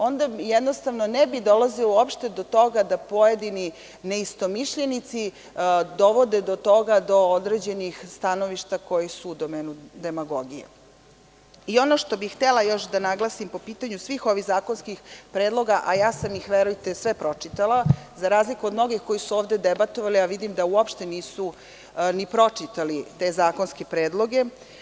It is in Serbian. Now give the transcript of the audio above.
Onda jednostavno ne bi dolazilo do toga da pojedini ne istomišljenici dovode do toga, do određenih stanovišta koji su u domenu demagogije. ` Ono što bih još htela da naglasim po pitanju svih ovih zakonskih predloga, a ja sam ih verujte sve pročitala, za razliku od mnogih koji su ovde debatovali, a vidim da uopšte nisu ni pročitali te zakonske predloge.